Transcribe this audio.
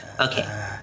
Okay